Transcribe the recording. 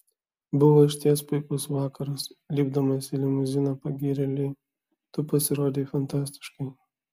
buvo išties puikus vakaras lipdamas į limuziną pagyrė li tu pasirodei fantastiškai